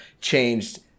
changed